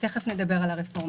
תיכף נדבר על הרפורמה.